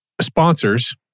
sponsors